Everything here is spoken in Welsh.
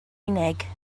unig